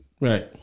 Right